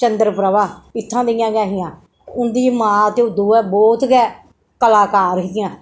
चंद्रप्रभा इत्थूं दी गै हियां उंदी मां ते ओह् दोवें बौह्त गै कलाकार हियां